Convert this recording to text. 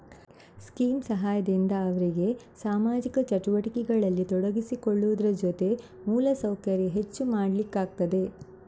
scheme ಸಹಾಯದಿಂದ ಅವ್ರಿಗೆ ಸಾಮಾಜಿಕ ಚಟುವಟಿಕೆಗಳಲ್ಲಿ ತೊಡಗಿಸಿಕೊಳ್ಳುವುದ್ರ ಜೊತೆ ಮೂಲ ಸೌಕರ್ಯ ಹೆಚ್ಚು ಮಾಡ್ಲಿಕ್ಕಾಗ್ತದೆ